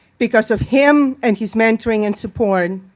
because of him and his mentoring and support,